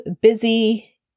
busy